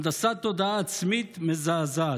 הנדסת תודעה עצמית מזעזעת.